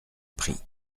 prix